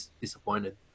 disappointed